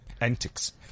antics